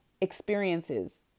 experiences